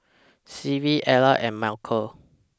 Clive Ellar and Malcom